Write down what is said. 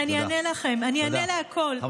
אני אענה לכם, אני אענה על הכול.